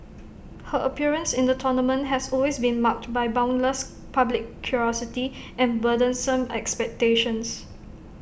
her appearance in the tournament has always been marked by boundless public curiosity and burdensome expectations